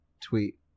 tweet